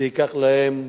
זה ייקח להם,